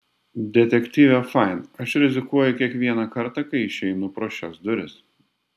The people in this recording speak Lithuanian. detektyve fain aš rizikuoju kiekvieną kartą kai išeinu pro šias duris